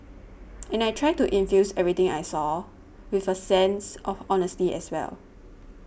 and I try to infuse everything I say with a sense of honesty as well